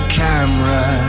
camera